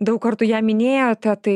daug kartų ją minėjote tai